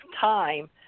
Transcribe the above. time